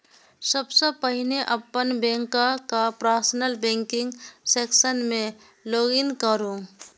सबसं पहिने अपन बैंकक पर्सनल बैंकिंग सेक्शन मे लॉग इन करू